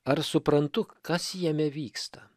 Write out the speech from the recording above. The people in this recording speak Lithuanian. ar suprantu kas jame vyksta